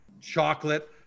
chocolate